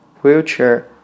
wheelchair